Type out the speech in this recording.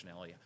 functionality